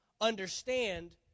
understand